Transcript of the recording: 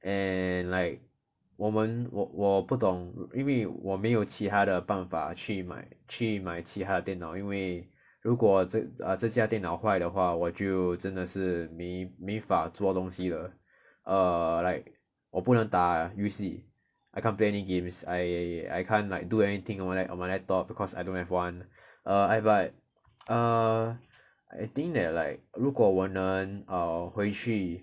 and like 我们我不懂因为我没有其他的办法去买去买其他的电脑因为如果这 err 这家电脑坏的话我就真的是没没法做东西了 err like 我不能打游戏 I can't play any games I can't like do anything on my on my laptop because I don't have one err I have like err I think that like 如果我能 err 回去